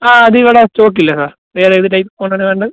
ആ അത് ഇവിടെ സ്റ്റോക്ക് ഇല്ല സാർ വേറെ ഏത് ടൈപ്പ് ഫോണ് ആണ് വേണ്ടത്